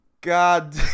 God